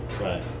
Right